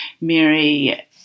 Mary